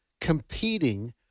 competing